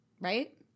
right